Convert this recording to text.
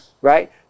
Right